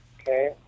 Okay